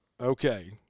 okay